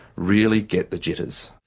really get the jitters.